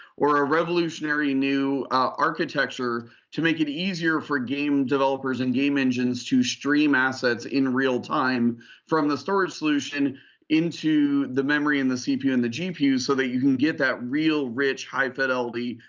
or a revolutionary new architecture to make easier for game developers and game engines to stream assets in real time from the storage solution into the memory and the cpu and the gpu so that you can get that real, rich, high-fidelity,